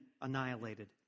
annihilated